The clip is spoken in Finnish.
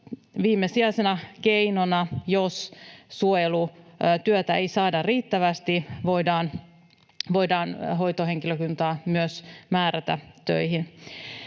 viimesijaisena keinona, jos suojelutyötä ei saada riittävästi, voidaan hoitohenkilökuntaa myös määrätä töihin.